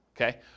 Okay